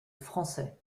français